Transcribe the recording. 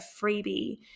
freebie